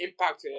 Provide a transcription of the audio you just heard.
impact